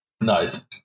Nice